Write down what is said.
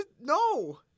No